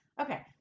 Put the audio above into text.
Okay